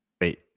Wait